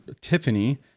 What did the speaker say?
Tiffany